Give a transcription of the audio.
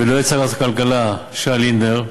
ואת יועץ שר הכלכלה שי לינדר.